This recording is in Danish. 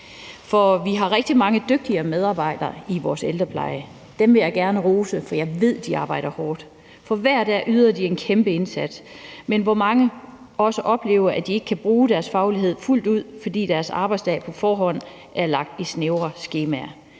Vi har rigtig mange dygtige medarbejdere i vores ældrepleje – dem vil jeg gerne rose, for jeg ved, de arbejder hårdt, og hver dag yder de en kæmpe indsats – men mange oplever også, at de ikke kan bruge deres faglighed fuldt ud, fordi deres arbejdsdag på forhånd er lagt i snævre skemaer.